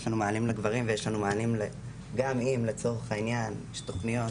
יש לנו מענים לגברים וגם אם לצורך העניין יש תוכניות